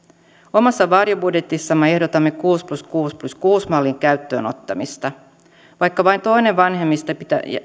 omassa varjobudjetissamme ehdotamme kuusi plus kuusi plus kuusi mallin käyttöönottamista vaikka vain toinen vanhemmista